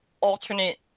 alternate